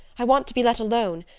i want to be let alone.